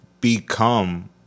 become